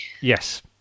yes